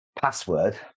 password